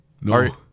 No